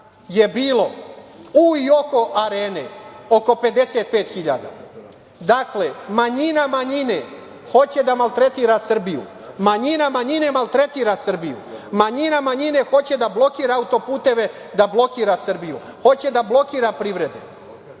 je bilo u i oko Arene, oko 55.000.Dakle, manjina manjine hoće da maltretira Srbiju. Manjina manjine maltretira Srbiju. Manjina manjine hoće da blokiraju autoputeve, da blokira Srbiju, hoće da blokira privrede,